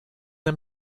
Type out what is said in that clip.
him